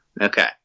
Okay